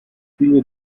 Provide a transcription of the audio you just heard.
viele